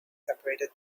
separated